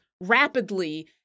rapidly